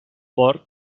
porc